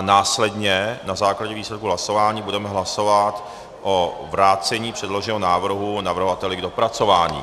Následně na základě výsledku hlasování budeme hlasovat o vrácení předloženého návrhu navrhovateli k dopracování.